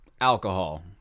alcohol